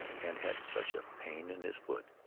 and had such a pain in his foot.